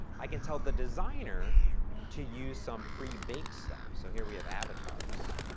i can tell the designer to use some prebaked stuff, so, here we have avatars.